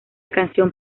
canción